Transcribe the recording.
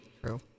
true